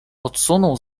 odsunął